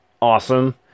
awesome